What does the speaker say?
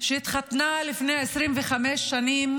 שהתחתנה לפני 25 שנים